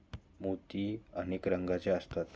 मोती अनेक रंगांचे असतात